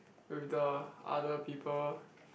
with the other people